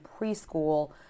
preschool